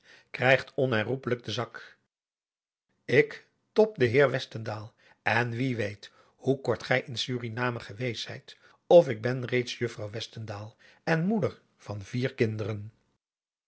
krijgt onherroepelijk den zak ik top den heer westendaal en wie weet hoe kort gij in suriname geweest zijt of ik ben reeds juffrouw westendaal en moeder van vier kinderen